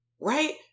right